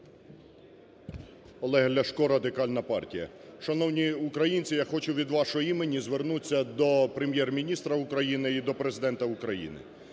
Олег Ляшко, Радикальна партія. Шановні українці, я хочу від вашого імені звернутися до Прем'єр-міністра України і до Президента України.